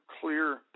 clear